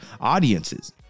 audiences